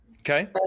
Okay